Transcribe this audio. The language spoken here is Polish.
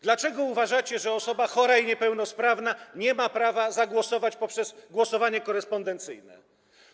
Dlaczego uważacie, że osoba chora i niepełnosprawna nie ma prawa zagłosować korespondencyjnie?